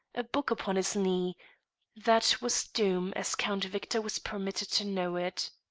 a book upon his knee that was doom as count victor was permitted to know it.